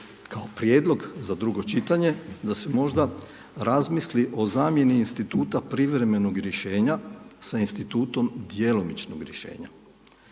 kao prijedlog za drugo čitanje da se možda razmisli o zamjeni instituta privremenog rješenja sa institutom djelomičnog rješenja.